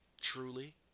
Truly